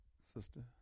sister